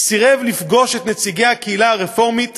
סירב לפגוש את נציגי הקהילה הרפורמית